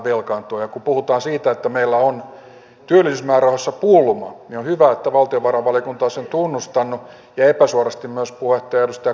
ja kun puhutaan siitä että meillä on työllisyysmäärärahoissa pulma niin on hyvä että valtiovarainvaliokunta on sen tunnustanut ja epäsuorasti myös puheenjohtaja edustaja kalli tässä